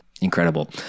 incredible